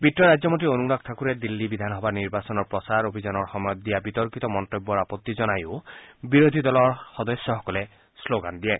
বিত্ত মন্ত্ৰালয়ৰ ৰাজ্যমন্ত্ৰী অনুৰাগ ঠাকুৰে দিল্লী বিধানসভাৰ নিৰ্বাচনৰ প্ৰচাৰ অভিযানৰ সময়ত দিয়া বিবাদজনক মন্তব্যৰো আপত্তি জনাই বিৰেধী দলৰ সদস্যসকলে শ্লোগান দিয়ে